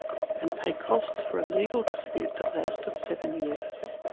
and pay costs for a legal dispute that lasted seven years.